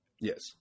Yes